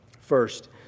First